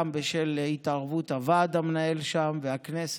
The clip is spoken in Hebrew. גם בשל התערבות הוועד המנהל שם והכנסת.